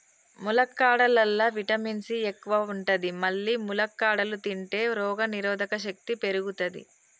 ములక్కాడలల్లా vitamin C ఎక్కువ ఉంటది మల్లి ములక్కాడలు తింటే రోగనిరోధక శక్తి పెరుగుతది